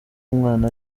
umwana